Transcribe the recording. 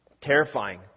Terrifying